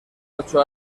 ocho